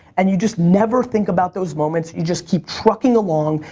and you just never think about those moments, you just keep trucking along.